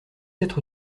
être